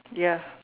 ya